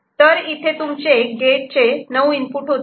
तर इथे तुमचे गेट चे 9 इनपुट होतात